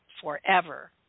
Forever